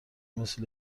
مثل